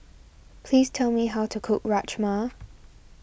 please tell me how to cook Rajma